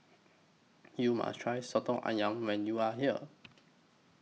YOU must Try Soto Ayam when YOU Are here